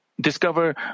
discover